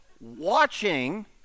watching